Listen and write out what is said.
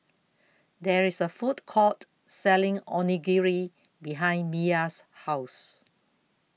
There IS A Food Court Selling Onigiri behind Miya's House